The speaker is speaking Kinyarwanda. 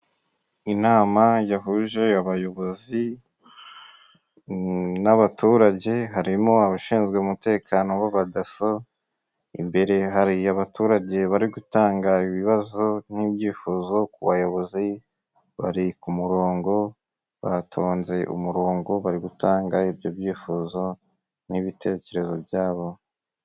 Inama yahuje abayobozi n'abaturage harimo abashinzwe umutekano w'abadaso, imbere hari abaturage bari gutanga ibibazo n'ibyifuzo ku bayobozi, bari ku murongo, bahatonze umurongo bari gutanga ibyo byifuzo n'ibitekerezo byabo